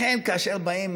לכן, כאשר באים